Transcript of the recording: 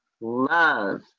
love